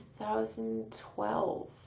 2012